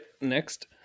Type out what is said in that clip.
next